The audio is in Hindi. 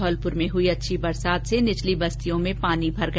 धौलपुर में हुई अच्छी बरसात से निचली बस्तियों में पानी भर गया